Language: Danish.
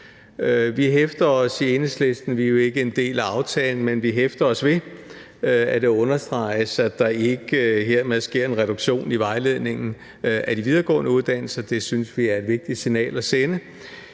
Vi hæfter os i Enhedslisten – vi er jo ikke en del af aftalen – at det understreges, at der ikke hermed sker en reduktion i vejledningen af de videregående uddannelser. Det synes vi er et vigtigt signal at sende.